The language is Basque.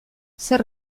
zer